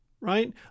right